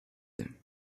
them